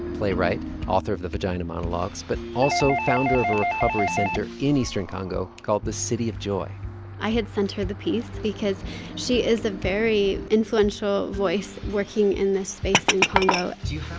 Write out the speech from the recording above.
playwright, author of the vagina monologues but also founder of a recovery center in eastern congo called the city of joy i had sent her the piece because she is a very influential voice working in this space in congo do you